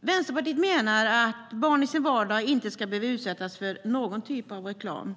Vänsterpartiet menar att barn i sin vardag inte ska behöva utsättas för någon typ av reklam.